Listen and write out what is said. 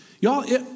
y'all